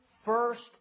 First